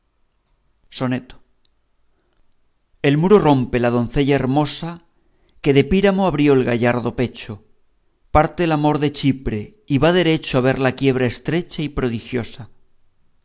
soneto el muro rompe la doncella hermosa que de píramo abrió el gallardo pecho parte el amor de chipre y va derecho a ver la quiebra estrecha y prodigiosa